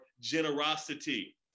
generosity